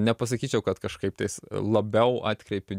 nepasakyčiau kad kažkaip tais labiau atkreipiu